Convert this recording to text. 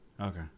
Okay